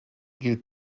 gilt